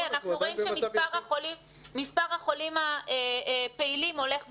אנחנו רואים שמספר החולים הפעילים הולך ויורד,